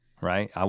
Right